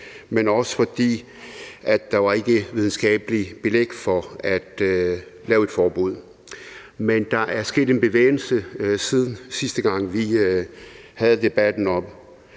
dels fordi der ikke var videnskabeligt belæg for at lave et forbud. Men der er sket en bevægelse, siden sidste gang vi havde debatten